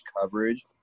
coverage